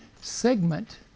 segment